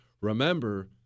Remember